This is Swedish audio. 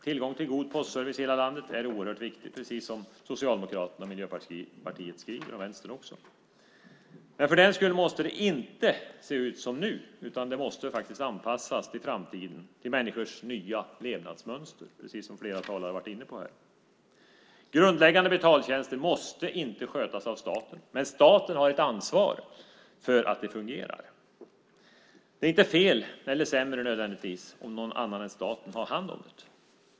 Tillgång till god postservice i hela landet är viktigt, precis som Socialdemokraterna, Miljöpartiet och Vänstern skriver. För den skull måste det inte se ut som nu, utan det måste anpassas till framtiden och till människors nya levnadsmönster, precis som flera talare har varit inne på. Grundläggande betaltjänster måste inte skötas av staten, men staten har ett ansvar för att det fungerar. Det är inte nödvändigtvis fel eller sämre om någon annan än staten har hand om det.